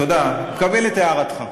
תודה, מקבל את הערתך.